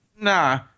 Nah